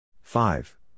Five